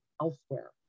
elsewhere